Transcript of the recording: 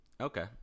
Okay